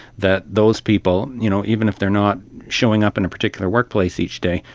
that those people, you know even if they are not showing up in a particular workplace each day,